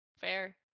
Fair